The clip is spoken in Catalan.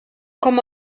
com